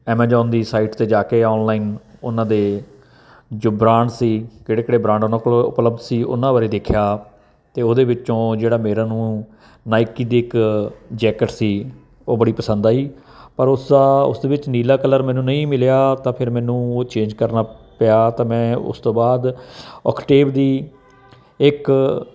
Amazon ਦੀ site 'ਤੇ ਜਾ ਕੇ ਆਨਲਾਈਨ ਉਹਨਾਂ ਦੇ ਜੋ ਬ੍ਰਾਂਡ ਸੀ ਕਿਹੜੇ ਕਿਹੜੇ ਬ੍ਰਾਂਡ ਉਹਨਾਂ ਕੋਲ ਉਪਲੱਬਧ ਸੀ ਉਹਨਾਂ ਬਾਰੇ ਦੇਖਿਆ ਅਤੇ ਉਹਦੇ ਵਿੱਚੋਂ ਜਿਹੜਾ ਮੇਰਾ ਨੂੰ ਨਾਈਕੀ ਦੀ ਇੱਕ ਜੈਕਟ ਸੀ ਉਹ ਬੜੀ ਪਸੰਦ ਆਈ ਪਰ ਉਸਦਾ ਉਸ ਦੇ ਵਿੱਚ ਨੀਲਾ ਕਲਰ ਮੈਨੂੰ ਨਹੀਂ ਮਿਲਿਆ ਤਾਂ ਫਿਰ ਮੈਨੂੰ ਉਹ ਚੇਂਜ ਕਰਨਾ ਪਿਆ ਤਾਂ ਮੈਂ ਉਸ ਤੋਂ ਬਾਅਦ ਅਕਟੇਵ ਦੀ ਇੱਕ